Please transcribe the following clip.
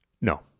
No